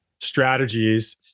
strategies